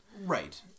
Right